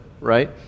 right